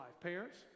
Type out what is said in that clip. parents